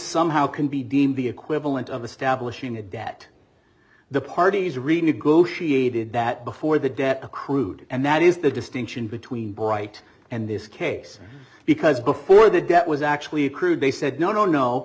somehow can be deemed the equivalent of establishing a debt the parties renegotiated that before the debt accrued and that is the distinction between bright and this case because before the debt was actually accrued they said no no no